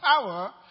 power